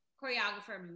choreographer